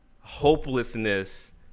hopelessness